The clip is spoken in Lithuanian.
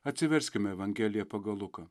atsiverskime evangeliją pagal luką